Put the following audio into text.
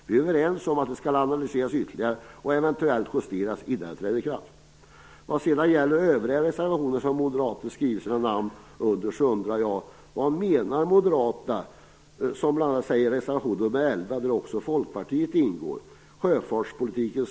Vi är överens om att det skall analyseras ytterligare och eventuellt justeras innan det träder i kraft. Sedan undrar jag: Vad menar Moderaterna med vad som bl.a. sägs i reservation 11, som också Folkpartiet står bakom?